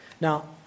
Now